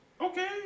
Okay